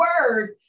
word